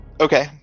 Okay